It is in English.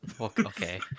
Okay